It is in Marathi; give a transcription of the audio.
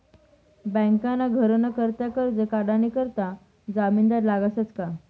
बँकमा घरनं करता करजं काढानी करता जामिनदार लागसच का